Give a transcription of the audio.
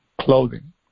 clothing